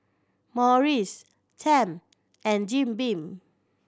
Morries Tempt and Jim Beam